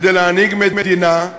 כדי להנהיג מדינה,